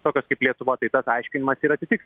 tokios kaip lietuva tai tas aiškinimas ir atitiks